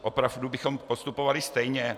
Opravdu bychom postupovali stejně?